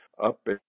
up